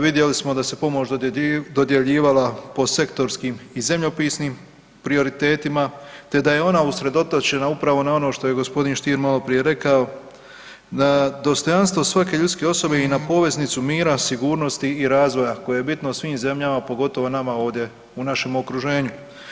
Vidjeli smo da se pomoć dodjeljivala po sektorskim i zemljopisnim prioritetima te da je ona usredotočena upravo na ono što je gospodin Stier maloprije rekao da dostojanstvo svake ljudske osobe i na poveznicu mira, sigurnosti i razvoja koje je bitno svim zemljama pogotovo nama ovdje u našem okruženju.